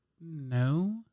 No